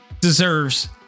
deserves